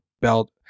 belt